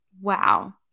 wow